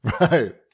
Right